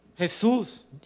Jesus